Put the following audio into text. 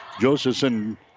Josephson